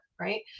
right